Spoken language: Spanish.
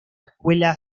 escuela